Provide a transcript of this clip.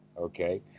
Okay